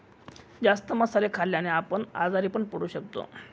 जास्त मसाले खाल्ल्याने आपण आजारी पण पडू शकतो